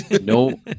No